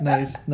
Nice